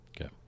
okay